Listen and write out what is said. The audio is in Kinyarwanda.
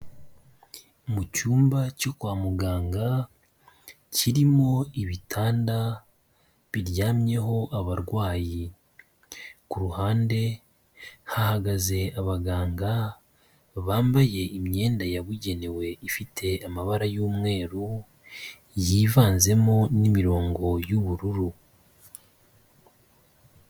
Mu cyumba cyo kwa muganga kirimo ibitanda biryamyeho abarwayi, ku ruhande hahagaze abaganga bambaye imyenda yabugenewe ifite amabara y'umweru, yivanzemo n'imirongo y'ubururu.